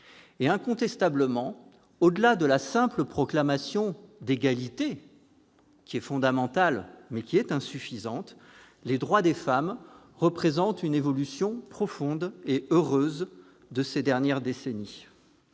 Incontestablement, au-delà de la simple proclamation d'égalité, fondamentale, mais insuffisante, les droits des femmes représentent une profonde et heureuse évolution des dernières décennies.